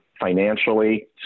financially